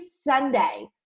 Sunday